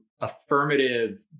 affirmative